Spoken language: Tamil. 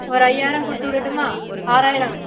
ஒரு ஐயாயிரம் கொடுத்துவிடட்டுமா ஆறாயிரம்